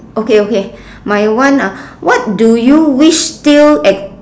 okay okay my one uh what do you wish still ex~